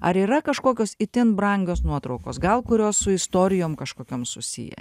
ar yra kažkokios itin brangios nuotraukos gal kurios su istorijom kažkokiom susiję